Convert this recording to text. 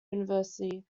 university